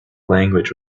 language